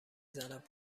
زند